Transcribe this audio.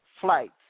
flights